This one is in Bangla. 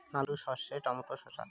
আলু সর্ষে টমেটো শসা